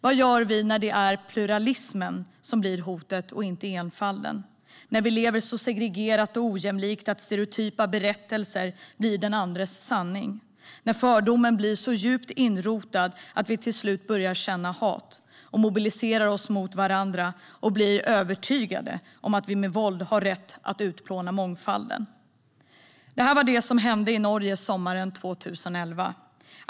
Vad gör vi när det är pluralismen som blir hotet och inte enfalden, när vi lever så segregerat och ojämlikt att stereotypa berättelser blir den andres sanning, när fördomen blir så djupt rotad att vi till slut börjar känna hat och mobiliserar oss mot varandra och blir övertygade om att vi med våld har rätt att utplåna mångfalden? Det här var det som hände i Norge sommaren 2011.